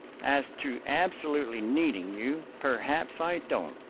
as to absolutely needing you, perhaps i don't,